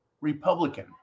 Republican